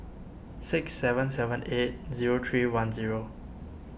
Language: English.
six seven seven eight zero three one zero